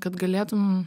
kad galėtum